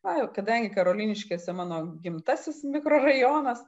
na jau kadangi karoliniškėse mano gimtasis mikrorajonas